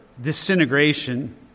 disintegration